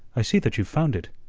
i see that you've found it,